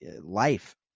life